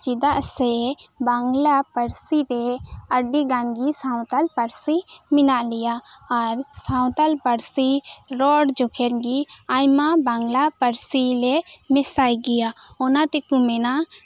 ᱪᱮᱫᱟᱜ ᱥᱮ ᱵᱟᱝᱞᱟ ᱯᱟᱹᱨᱥᱤ ᱨᱮ ᱟᱹᱰᱤᱜᱟᱱ ᱜᱮ ᱥᱟᱱᱛᱟᱞᱤ ᱯᱟᱹᱨᱥᱤ ᱢᱮᱱᱟᱜ ᱜᱮᱭᱟ ᱟᱨ ᱥᱟᱱᱛᱟᱲᱤ ᱯᱟᱹᱨᱥᱤ ᱨᱚᱲ ᱡᱚᱠᱷᱚᱱ ᱜᱮ ᱟᱭᱢᱟ ᱵᱟᱝᱞᱟ ᱯᱟᱹᱨᱥᱤ ᱞᱮ ᱢᱮᱥᱟᱭ ᱜᱮᱭᱟ ᱚᱱᱟ ᱛᱮᱠᱚ ᱢᱮᱱᱟ